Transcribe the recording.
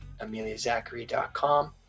ameliazachary.com